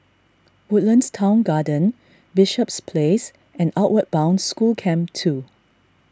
Woodlands Town Garden Bishops Place and Outward Bound School Camp two